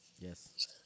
Yes